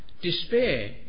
despair